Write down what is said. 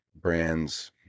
brands